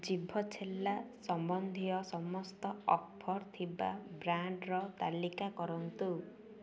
ଜିଭ ଛେଲା ସମ୍ବନ୍ଧୀୟ ସମସ୍ତ ଅଫର୍ ଥିବା ବ୍ରାଣ୍ଡର ତାଲିକା କରନ୍ତୁ